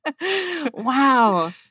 Wow